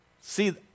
See